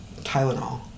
Tylenol